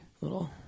Little